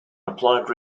applied